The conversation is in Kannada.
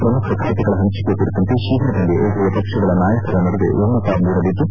ಶ್ರಮುಖ ಖಾತೆಗಳ ಪಂಚಕೆ ಕುರಿತಂತೆ ಶೀಘ್ರದಲ್ಲೇ ಉಭಯ ಪಕ್ಷಗಳ ನಾಯಕರ ನಡುವೆ ಒಮ್ಬತ ಮೂಡಲಿದ್ದು